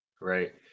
right